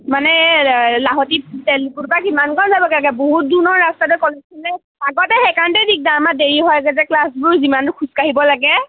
মানে এই লাহটি তেল ডিপোৰ পৰা সিমান কণ যাবগৈ লাগে বহুত দূৰ নহয় ৰাস্তাটো কলেজখন যে আগতে সেইকাৰণতে দিগদাৰ আমাৰ দেৰি হয় যে ক্লাছবোৰ যিমান খোজকাঢ়িব লাগে